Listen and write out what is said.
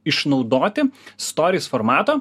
išnaudoti storis formato